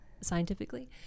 scientifically